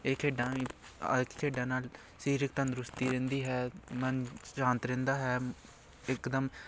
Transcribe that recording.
ਇਹ ਖੇਡਾਂ ਖੇਡਾਂ ਨਾਲ ਸਰੀਰਿਕ ਤੰਦਰੁਸਤੀ ਰਹਿੰਦੀ ਹੈ ਮਨ ਸ਼ਾਂਤ ਰਹਿੰਦਾ ਹੈ ਇੱਕਦਮ